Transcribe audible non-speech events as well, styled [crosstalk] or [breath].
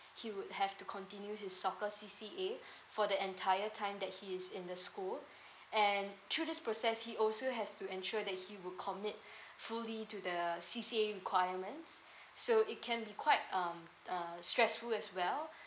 he would have to continue his soccer C_C_A [breath] for the entire time that he is in the school [breath] and through this process he also has to ensure that he would commit [breath] fully to the C_C_A requirements [breath] so it can be quite um a stressful as well [breath]